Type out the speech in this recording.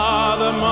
Father